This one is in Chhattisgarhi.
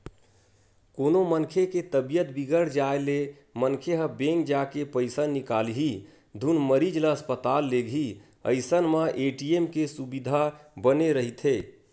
कोनो मनखे के तबीयत बिगड़ जाय ले मनखे ह बेंक जाके पइसा निकालही धुन मरीज ल अस्पताल लेगही अइसन म ए.टी.एम के सुबिधा बने रहिथे